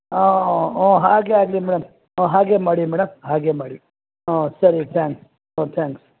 ಹಾಂ ಹ್ಞೂ ಹಾಗೆಯೇ ಆಗಲಿ ಮೇಡಮ್ ಹಾಗೆಯೇ ಮಾಡಿ ಮೇಡಮ್ ಹಾಗೆಯೇ ಮಾಡಿ ಹ್ಞೂ ಸರಿ ಥ್ಯಾಂಕ್ಸ್ ಹಾಂ ಥ್ಯಾಂಕ್ಸ್